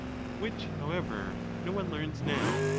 which, however, no one learns now.